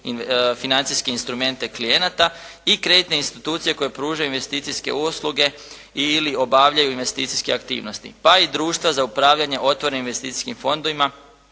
financijske instrumente klijenata i kreditne institucije koje pružaju investicijske usluge ili obavljaju investicijske aktivnosti, pa i društva za upravljanje otvorenim investicijskim fondovima